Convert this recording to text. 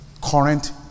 current